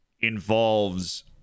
involves